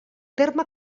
terme